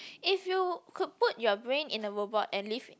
if you could put your brain in a robot and leave